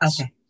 Okay